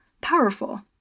powerful